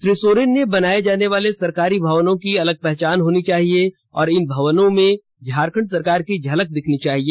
श्री सोरेन ने बनाए जाने वाले सरकारी भवनों की अलग पहचान होनी चाहिए और इन भवनों में झारखंड सरकार की झलक दिखनी चाहिए